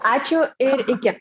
ačiū ir iki